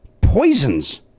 Poisons